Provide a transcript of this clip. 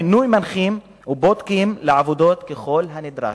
מינוי מנחים ובודקים לעבודות ככל הנדרש,